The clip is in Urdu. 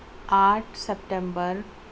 آٹھ سپتمبر